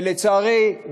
ולצערי,